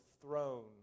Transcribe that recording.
throne